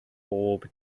bob